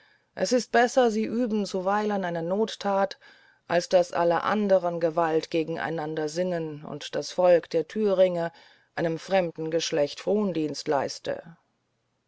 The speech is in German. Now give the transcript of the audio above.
es ist besser sie üben zuweilen eine nottat als daß alle anderen gewalt gegeneinander sinnen und das volk der thüringe einem fremden geschlecht